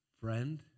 friend